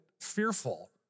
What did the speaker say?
fearful